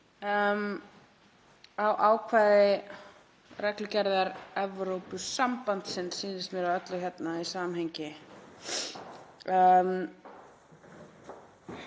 ákvæði“ reglugerðar Evrópusambandsins, sýnist mér á öllu hérna í samhengi.